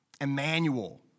Emmanuel